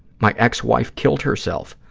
my ex-wife killed herself,